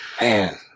Man